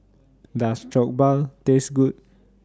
Does Jokbal Taste Good